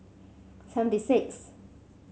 seventy sixth